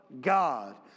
God